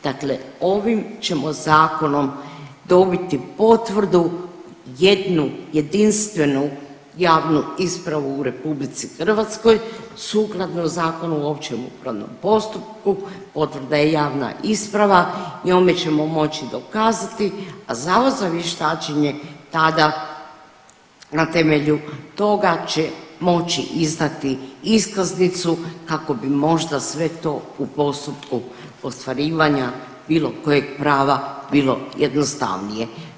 Dakle, ovim ćemo zakonom dobiti potvrdu jednu jedinstvenu javnu ispravu u RH sukladno Zakonu o općem upravnom postupku, potvrda je javna isprava, njome ćemo moći dokazati, a Zavod za vještačenje tada na temelju toga će moći izdati iskaznicu kako bi možda sve to u postupku ostvarivanja bilo kojeg prava bilo jednostavnije.